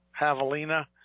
javelina